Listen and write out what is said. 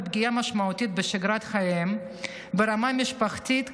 פגיעה משמעותית בשגרת חייהן ברמה המשפחתית,